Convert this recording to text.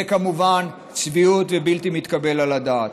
זה כמובן צביעות ובלתי מתקבל על הדעת.